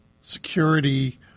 security